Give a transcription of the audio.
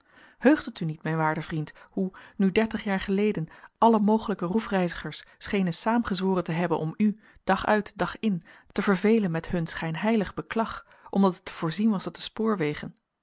heugt het u niet mijn waarde vriend hoe nu dertig jaren geleden alle mogelijke roefreizigers schenen saamgezworen te hebben om u dag uit dag in te vervelen met hun schijnheilig beklag omdat het te voorzien was dat de spoorwegen